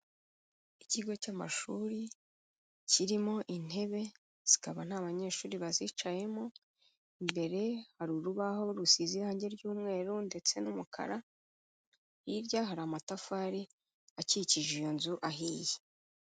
Ikigo cy'amashuri kirimo intebe zikaba nta banyeshuri bazicayemo, imbere hari urubaho rusize irangi ry'umweru ndetse n'umukara, hirya hari amatafari akikije iyo nzu ahiye.